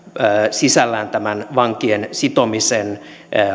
sisällään tämän vankien sitomisen